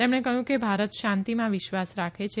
તેમણે કહ્યું કે ભારત શાંતીમાં વિશ્વાસ રાખે છે